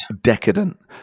Decadent